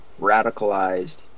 radicalized